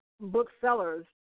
booksellers